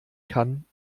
kann